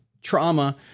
trauma